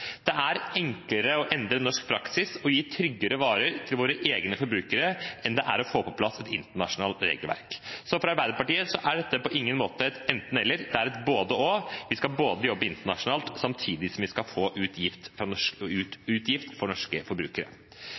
Det er enklere å endre norsk praksis og gi tryggere varer til våre egne forbrukere enn det er å få på plass et internasjonalt regelverk. Så for Arbeiderpartiet er dette på ingen måte et enten–eller, det er et både–og. Vi skal jobbe internasjonalt samtidig som vi skal få ut gift for norske forbrukere.